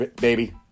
baby